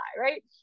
right